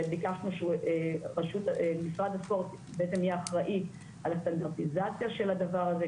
שביקשנו שמשרד הספורט בעצם יהיה אחראי על הסטנדרטיזציה של הדבר הזה,